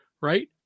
right